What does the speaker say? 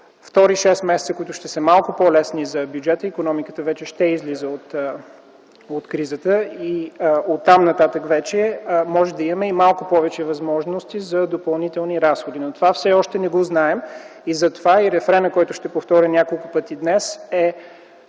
втори шест месеца, които ще са малко по-лесни за бюджета, икономиката вече ще излиза от кризата. Оттам нататък може да има и малко повече възможности за допълнителни разходи, но това все още не го знаем. Затова рефренът, който ще повторя няколко пъти днес,